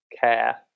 care